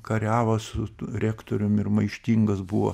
kariavo su rektorium ir maištingas buvo